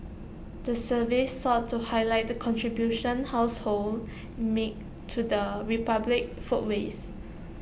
the survey sought to highlight the contribution households make to the republic's food waste